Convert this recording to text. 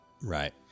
Right